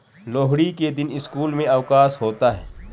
लोहड़ी के दिन स्कूल में अवकाश होता है